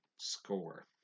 Score